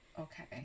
okay